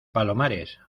palomares